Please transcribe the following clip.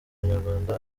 banyarwanda